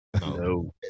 No